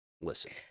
listen